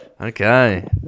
Okay